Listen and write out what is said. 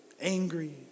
angry